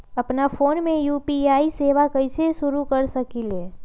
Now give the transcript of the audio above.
अपना फ़ोन मे यू.पी.आई सेवा कईसे शुरू कर सकीले?